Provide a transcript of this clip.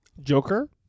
Joker